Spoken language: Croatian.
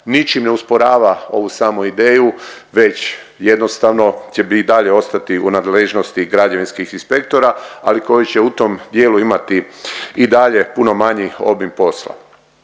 ničim ne usporava ovu samu ideju već jednostavno će i dalje ostati u nadležnosti građevinskih inspektora, ali koji će u tom dijelu imati i dalje puno manji obim posla.